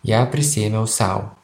ją prisiėmiau sau